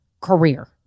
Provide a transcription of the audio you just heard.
career